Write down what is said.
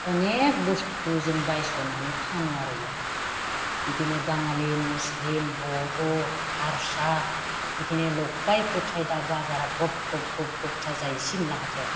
अनेक बुस्थु जों बायस'नानै फानो आरो बेयाव बिदिनो बाङालि मुस्लिम बर' हारसा बिदिनो लगाय गथाय दा बाजारा गब गब गब थार जायो सिमला हाथायाव